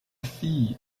fille